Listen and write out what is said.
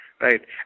right